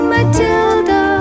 Matilda